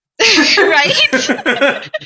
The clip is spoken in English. Right